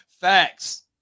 Facts